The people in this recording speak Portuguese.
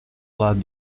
lado